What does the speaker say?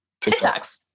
TikToks